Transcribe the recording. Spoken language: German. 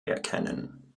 erkennen